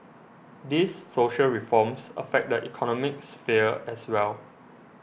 these social reforms affect the economic sphere as well